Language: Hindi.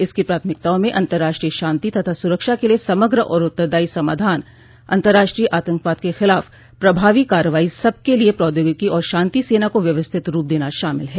इसको प्राथमिकताओं में अंतर्राष्ट्रीय शांति तथा सुरक्षा के लिए समग्र और उत्तरदायी समाधान अंतर्राष्ट्रीय आतंकवाद के खिलाफ प्रभावी कार्रवाई सब के लिए प्रौद्योगिकी और शांति सेना को व्यवस्थित रूप देना शामिल है